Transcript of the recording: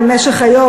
במשך היום,